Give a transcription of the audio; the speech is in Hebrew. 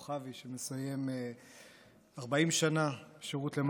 שמסיים 40 שנה שירות למען המדינה,